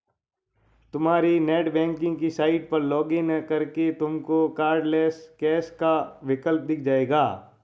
तुम्हारी नेटबैंकिंग की साइट पर लॉग इन करके तुमको कार्डलैस कैश का विकल्प दिख जाएगा